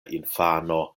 infano